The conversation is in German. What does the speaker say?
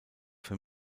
für